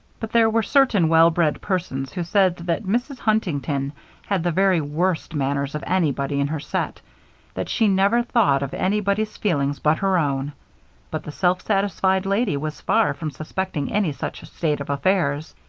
but there were certain well-bred persons who said that mrs. huntington had the very worst manners of anybody in her set that she never thought of anybody's feelings but her own but the self-satisfied lady was far from suspecting any such state of affairs.